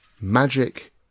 Magic